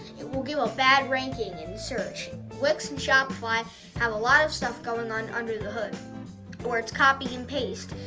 it will give it a bad ranking in search. wix and shopify have a lot of stuff going on under the hood where it's copy and paste.